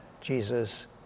Jesus